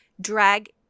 Drag